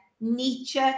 Nietzsche